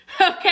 Okay